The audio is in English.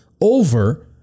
over